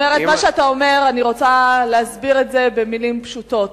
אני רוצה להסביר את מה שאתה אומר במלים פשוטות: